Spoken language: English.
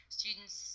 students